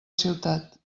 ciutat